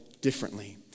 differently